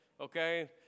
Okay